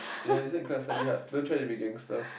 ya that's why in class study hard don't try to be a gangster